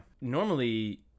Normally